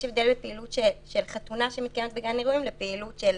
יש הבדל בין פעילות של חתונה שמתקיימת בגן אירועים לפעילות של